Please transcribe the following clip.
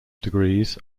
degrees